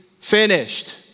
finished